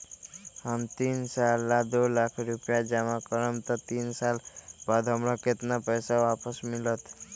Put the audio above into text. हम तीन साल ला दो लाख रूपैया जमा करम त तीन साल बाद हमरा केतना पैसा वापस मिलत?